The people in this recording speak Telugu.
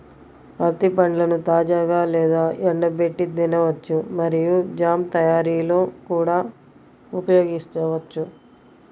అత్తి పండ్లను తాజాగా లేదా ఎండబెట్టి తినవచ్చు మరియు జామ్ తయారీలో కూడా ఉపయోగించవచ్చు